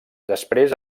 després